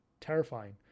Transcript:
terrifying